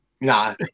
No